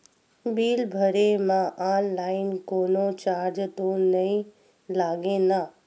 Bill भरे मा online कोनो चार्ज तो नई लागे ना?